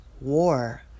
war